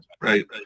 right